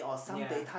yea